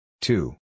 Two